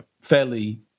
fairly